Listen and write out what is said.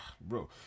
bro